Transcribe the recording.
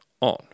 on